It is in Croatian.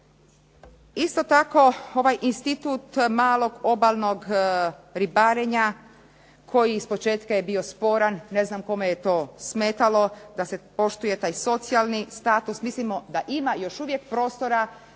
Isto tako ovaj institut malog obalnog ribarenja koji ispočetka je bio sporan, ne znam kome je to smetalo da se poštuje taj socijalni status. Mislimo da ima još uvijek prostora